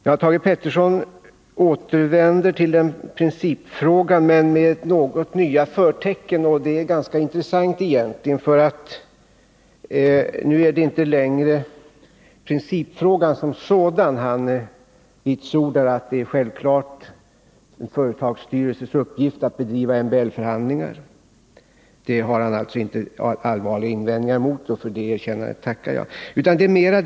Thage Peterson återvänder till principfrågan, men med något nya förtecken, och det är egentligen ganska intressant. Nu är det inte längre principfrågan som sådan som han diskuterar. Han vitsordar att det självfallet är en företagsstyrelses uppgift att bedriva MBL-förhandlingar. Det har han alltså inte allvarliga invändningar mot, och jag tackar för det erkännandet.